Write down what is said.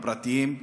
הפרטיים.